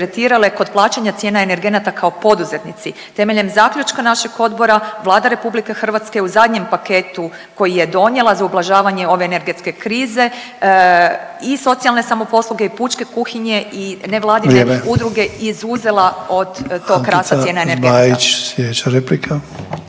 Zmaić, sljedeća replika.